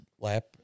lap